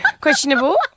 questionable